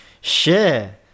share